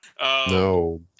no